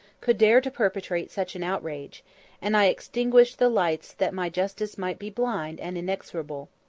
could dare to perpetrate such an outrage and i extinguished the lights, that my justice might be blind and inexorable.